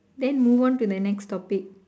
then move on to the next topic